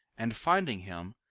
and finding him,